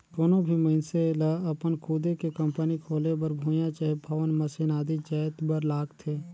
कोनो भी मइनसे लअपन खुदे के कंपनी खोले बर भुंइयां चहे भवन, मसीन आदि जाएत बर लागथे